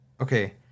okay